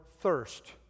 thirst